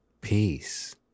peace